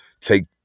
take